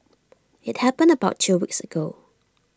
IT happened about two weeks ago